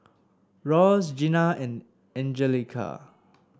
Ross Gina and Angelica